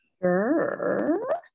Sure